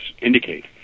indicate